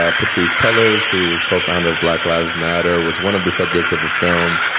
ah patrice cullers, who is co-founder of black lives matter, was one of the subjects of the film.